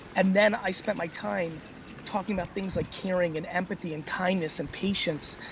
and then i spent my time talking about things like caring and empathy and kindness and patience.